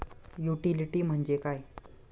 Utility म्हणजे काय?